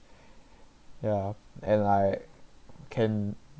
yeah and like can